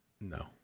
No